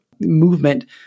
movement